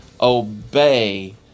obey